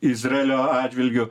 izraelio a atžvilgiu